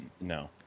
No